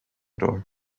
door